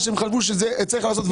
מה שהם חשבו שצריך לעשות,